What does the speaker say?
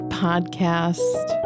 podcast